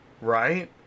right